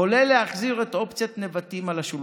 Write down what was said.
כולל להחזיר את אופציית נבטים לשולחן.